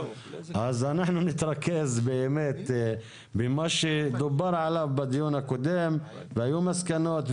אנחנו נתרכז באמת במה שדובר עליו בדיון הקודם והיו מסקנות,